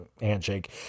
handshake